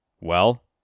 Well